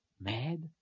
mad